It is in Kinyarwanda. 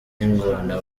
n’ingona